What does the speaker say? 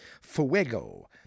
Fuego